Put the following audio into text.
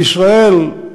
בישראל,